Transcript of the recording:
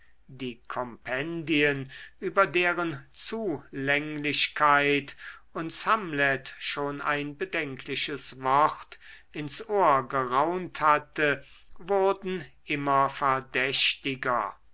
die kompendien über deren zulänglichkeit uns hamlet schon ein bedenkliches wort ins ohr geraunt hatte wurden immer verdächtiger